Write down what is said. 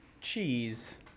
cheese